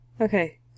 Okay